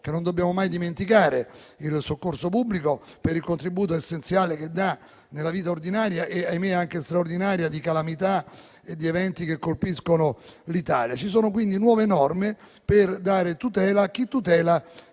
Non dobbiamo mai dimenticare il soccorso pubblico per il contributo essenziale che dà nella vita ordinaria e, ahimè, anche straordinaria, rispetto alle calamità e agli eventi che colpiscono l'Italia. Ci sono nuove norme per dare tutela a chi tutela